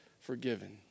forgiven